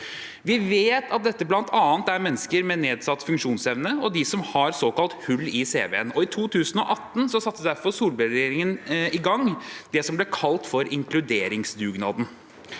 Vi vet at dette bl.a. er mennesker med nedsatt funksjonsevne, og de som har såkalt hull i cv-en. I 2018 satte derfor Solberg-regjeringen i gang det som ble kalt inkluderingsdugnaden.